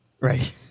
Right